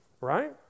Right